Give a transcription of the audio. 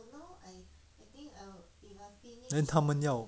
then 他们要